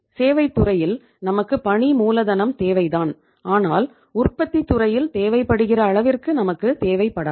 சேவைத் துறையில் நமக்கு பணி மூலதனம் தேவை தான் ஆனால் உற்பத்தித் துறையில் தேவைப்படுகிற அளவிற்கு நமக்குத் தேவை படாது